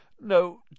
No